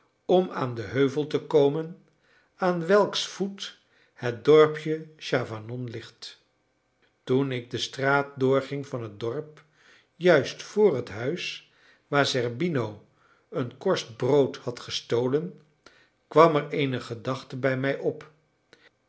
om aan den heuvel te komen aan welks voet het dorpje chavanon ligt toen ik de straat doorging van het dorp juist vr het huis waar zerbino een korst brood had gestolen kwam er eene gedachte bij mij op